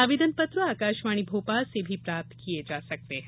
आवेदन पत्र आकाशवाणी भोपाल से भी प्राप्त किये जा सकते हैं